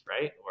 right